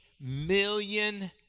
million